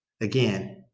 Again